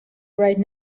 right